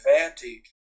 advantage